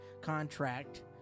contract